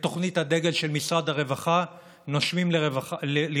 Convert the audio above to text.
בתוכנית הדגל של משרד הרווחה, נושמים לרווחה,